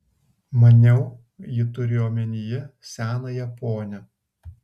maniau ji turi omenyje senąją ponią